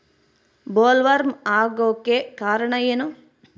Bollworm ಆಗೋಕೆ ಕಾರಣ ಏನು?